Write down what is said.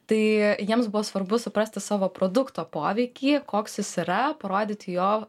tai jiems buvo svarbu suprasti savo produkto poveikį koks jis yra parodyti jo